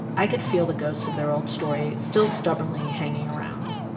i could feel the ghosts of their old story still stubbornly hanging around.